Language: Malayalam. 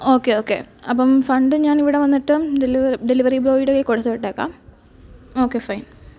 ഓക്കേ ഓക്കേ അപ്പോള് ഫണ്ട് ഞാൻ ഇവിടെ വന്നിട്ടും ഡെലിവറി ബോയുടെ കയ്യിൽ കൊടുത്തുവിട്ടേക്കാം ഓക്കേ ഫൈൻ